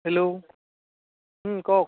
hello কওক